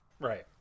Right